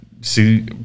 see